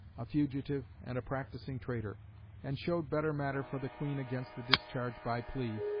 a fugitive and a practising traytor and showed better matter for the queen against the discharge by plea,